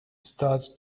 starts